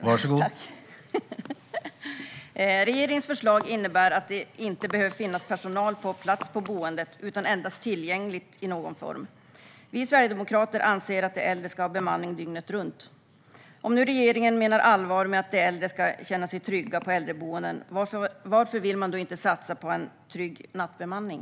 Herr talman! Regeringens förslag innebär att personal inte behöver finnas på plats på boendet utan endast tillgänglig i någon form. Vi sverigedemokrater anser att de äldre ska ha bemanning dygnet runt. Om regeringen menar allvar med att de äldre ska känna sig trygga på äldreboenden, varför vill man då inte satsa på en trygg nattbemanning?